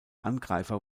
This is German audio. angreifer